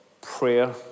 prayer